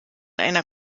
einer